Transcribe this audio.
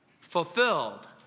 Fulfilled